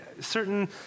certain